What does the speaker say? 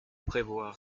prévoir